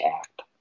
Act